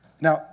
Now